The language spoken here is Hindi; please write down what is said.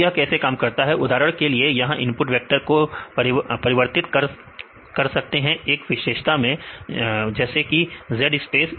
तो यह कैसे काम करता है उदाहरण के लिए यहां इनपुट वेक्टर को परिवर्तित कर सकते हैं एक विशेषता में जैसे कि z स्पेस